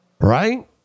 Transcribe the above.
Right